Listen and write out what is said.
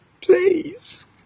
Please